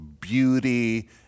beauty